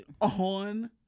on